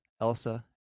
Elsa